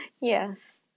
Yes